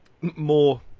more